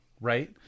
right